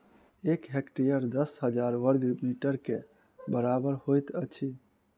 एक हेक्टेयर दस हजार बर्ग मीटर के बराबर होइत अछि